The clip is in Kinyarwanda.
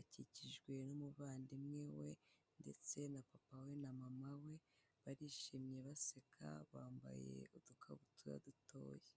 akikijwe n'umuvandimwe we ndetse na papa we na mama we, barishimye baseka bambaye udukabutura dutoya.